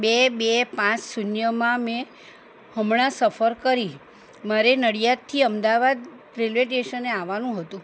બે બે પાંચ શૂન્યમાં મેં હમણાં સફર કરી મારે નડીયાદથી અમદાવાદ રેલવે સ્ટેશને આવવાનું હતું